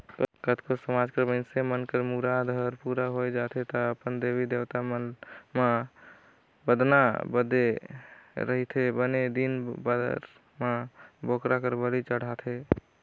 कतको समाज कर मइनसे मन कर मुराद हर पूरा होय जाथे त अपन देवी देवता मन म बदना बदे रहिथे बने दिन बादर म बोकरा कर बली चढ़ाथे